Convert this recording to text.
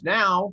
now